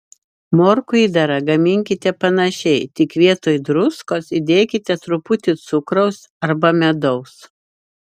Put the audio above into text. morkų įdarą gaminkite panašiai tik vietoj druskos įdėkite truputį cukraus arba medaus